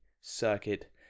circuit